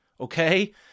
okay